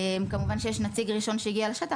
כמובן שיש נציג ראשון שהגיע לשטח,